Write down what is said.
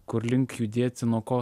kur link judėti nuo ko